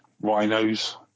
rhinos